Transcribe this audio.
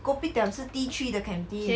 kopitiam 是 T three 的 canteen